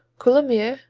coulommiers,